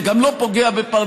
וזה גם לא פוגע בפרנסת,